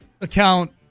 account